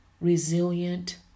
resilient